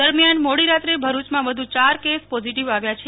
દરમિયાન મોડી રાત્રે ભરૂચમાં વધુ ચાર કેસ પોઝિટિવ આવ્યા છે